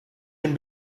can